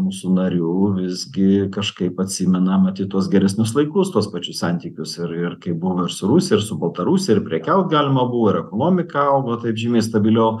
mūsų narių visgi kažkaip atsimena matyt tuos geresnius laikus tuos pačius santykius ir ir kai buvo ir su rusija ir su baltarusija ir prekiaut galima buvo ir ekonomika augo taip žymiai stabiliau